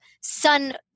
sun